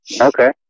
Okay